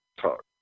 talk